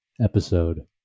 episode